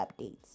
updates